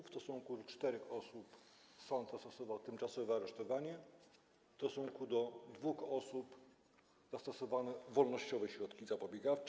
W stosunku do czterech osób sąd zastosował tymczasowe aresztowanie, w stosunku do dwóch osób zastosowano wolnościowe środki zapobiegawcze.